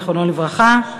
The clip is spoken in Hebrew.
זיכרונו לברכה.